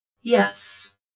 Yes